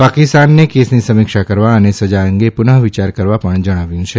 પાકિસ્તાનને કેસની સમીક્ષા કરવા અને સજા અંગે પુનઃ વિયાર કરવા પણ જણાવ્યું છે